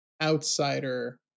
outsider